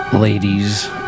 Ladies